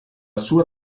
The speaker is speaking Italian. sua